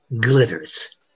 glitters